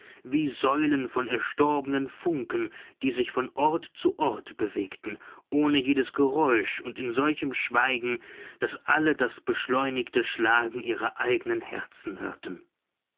wie säulen von erstorbenen funken die sich von ort zu ort bewegten ohne jedes geräusch und in solchem schweigen daß alle das beschleunigte schlagen ihrer eignen herzen hörten